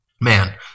man